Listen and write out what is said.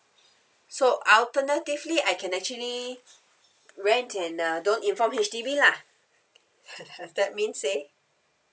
so alternatively I can actually rent and uh don't inform H_D_B lah that mean say